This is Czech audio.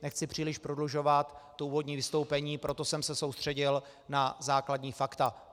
Nechci příliš prodlužovat úvodní vystoupení, proto jsem se soustředil na základní fakta.